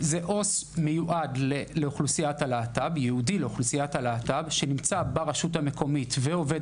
זה עו"ס מיועד לאוכלוסיית הלהט"ב שנמצא ברשות המקומית ועובד